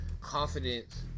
confidence